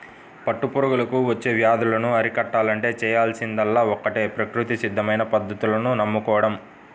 పట్టు పురుగులకు వచ్చే వ్యాధులను అరికట్టాలంటే చేయాల్సిందల్లా ఒక్కటే ప్రకృతి సిద్ధమైన పద్ధతులను నమ్ముకోడం